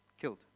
killed